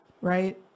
right